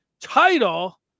title